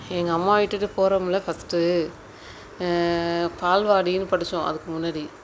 எங்கள் அம்மாவை விட்டுட்டு போகிறோம்ல ஃபர்ஸ்ட்டு பால்வாடின்னு படித்தோம் அதுக்கு முன்னடி